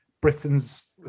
britain's